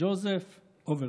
ג'וזף אוברטון.